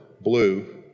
blue